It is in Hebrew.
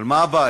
אבל מה הבעיה?